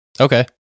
Okay